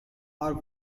are